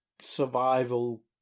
survival